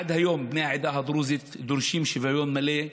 עד היום, בני העדה הדרוזית דורשים שוויון מלא,